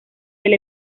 del